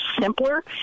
simpler